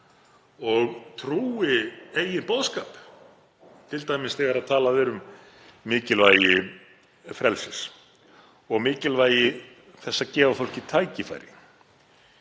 og trúi eigin boðskap, t.d. þegar talað er um mikilvægi frelsis og mikilvægi þess að gefa fólki tækifæri.